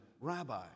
Rabbi